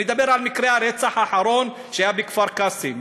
אני אדבר על מקרה הרצח האחרון שהיה בכפר-קאסם